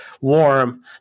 warm